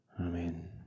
Amen